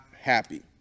happy